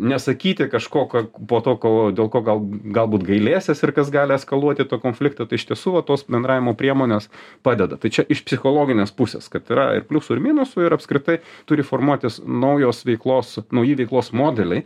nesakyti kažko ko po to ko dėl ko gal galbūt gailėsies ir kas gali eskaluoti konfliktą tai iš tiesų va tos bendravimo priemonės padeda tu čia iš psichologinės pusės kad yra ir pliusų ir minusų ir apskritai turi formuotis naujos veiklos nauji veiklos modeliai